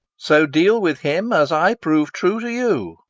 so deal with him as i prove true to you.